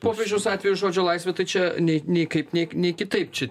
popiežiaus atveju žodžio laisvė tai čia nei nei kaip nei nei kitaip čia